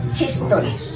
history